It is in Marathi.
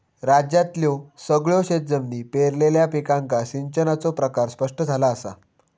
राज्यातल्यो सगळयो शेतजमिनी पेरलेल्या पिकांका सिंचनाचो प्रकार स्पष्ट झाला असा